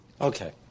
Okay